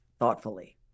thoughtfully